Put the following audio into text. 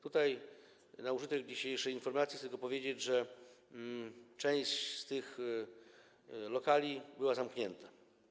Tutaj, na użytek dzisiejszej informacji chcę tylko powiedzieć, że część z tych lokali była zamknięta.